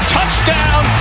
Touchdown